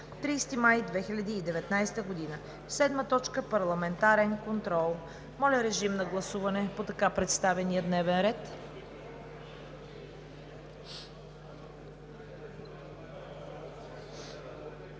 30 май 2019 г. 7. Парламентарен контрол.“ Моля, режим на гласуване по така представения дневен ред.